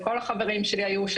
לכל החברים שלי היו.